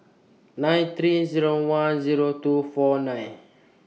nine thirty Zero one Zero two four nine